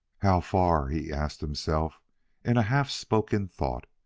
how far? he asked himself in a half-spoken thought,